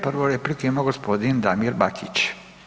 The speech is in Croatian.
Prvu repliku ima gospodin Damir Bakić.